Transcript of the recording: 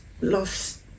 lost